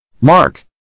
Mark